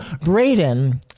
Braden